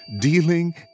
dealing